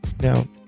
Now